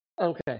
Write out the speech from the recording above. okay